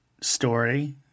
story